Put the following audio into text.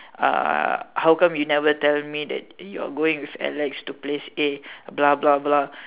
uh how come you never tell me that you're going with Alex to place A blah blah blah